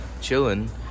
chilling